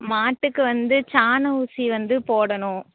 மாட்டுக்கு வந்து சினை ஊசி வந்து போடணும்